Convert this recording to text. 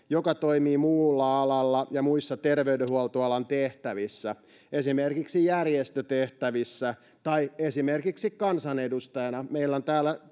joka toimii muulla alalla tai muissa terveydenhuoltoalan tehtävissä esimerkiksi järjestötehtävissä tai esimerkiksi kansanedustajana meillä on täällä